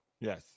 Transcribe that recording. Yes